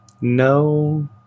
No